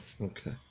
Okay